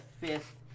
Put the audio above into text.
fifth